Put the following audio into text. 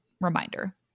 reminder